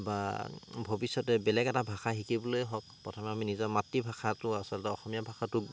বা ভৱিষ্যতে বেলেগ এটা ভাষা শিকিবলৈ হওক প্ৰথমতে আমি নিজৰ মাতৃভাষাটো আচলতে অসমীয়া ভাষাটো